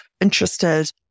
interested